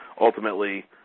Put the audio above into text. ultimately